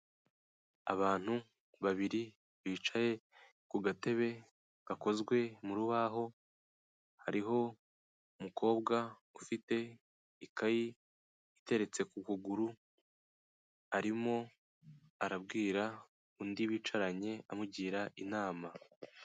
Abantu babiri bicaye kugatebe k'urubaho, hariho umukobwa ufite ikayi iteretse ku kuguru arimo arabwira undi bicaranye, amugira inama.